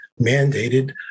mandated